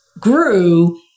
grew